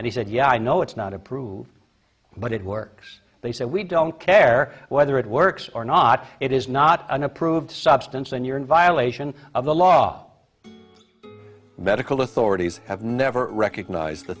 and he said yeah i know it's not approved but it works they said we don't care whether it works or not it is not an approved substance and you're in violation of the law medical authorities have never recognized the